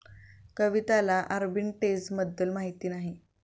कविताला आर्बिट्रेजबद्दल माहिती नाही